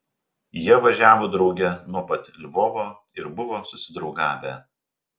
jie važiavo drauge nuo pat lvovo ir buvo susidraugavę